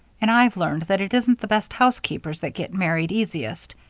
and i've learned that it isn't the best housekeepers that get married easiest.